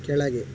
ಕೆಳಗೆ